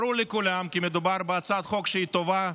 ברור לכולם כי מדובר בהצעת חוק טובה,